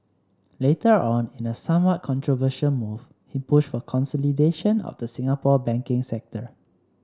later on in a somewhat controversial move he pushed for consolidation of the Singapore banking sector